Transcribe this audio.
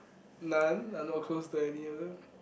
none I'm not close to any of them